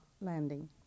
landing